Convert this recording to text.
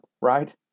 right